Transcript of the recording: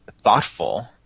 thoughtful